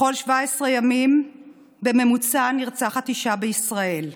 בכל 17 ימים בממוצע נרצחת אישה בישראל,